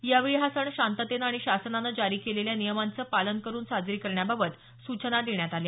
यावेळी हा सण शांततेने आणि शासनानं जारी केलेल्या नियमांचं पालन करून साजरी करण्याबाबत सूचना देण्यात आल्या